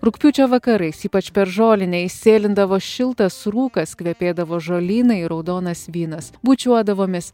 rugpjūčio vakarais ypač per žolinę įsėlindavo šiltas rūkas kvepėdavo žolynai raudonas vynas bučiuodavomės